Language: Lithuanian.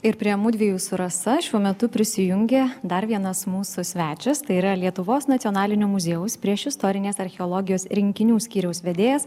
ir prie mudviejų su rasa šiuo metu prisijungę dar vienas mūsų svečias tai yra lietuvos nacionalinio muziejaus priešistorinės archeologijos rinkinių skyriaus vedėjas